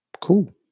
Cool